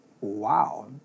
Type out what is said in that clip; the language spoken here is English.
Wow